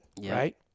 right